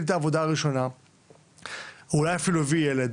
את העבודה הראשונה שלו או אולי אפילו הביא ילד